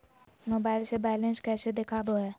Mobile से balance कैसे देखाबो है?